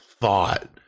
thought